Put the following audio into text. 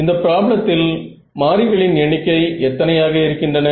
இந்த பிராப்ளத்தில் மாறிகளின் எண்ணிக்கை எத்தனையாக இருக்கின்றன